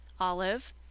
olive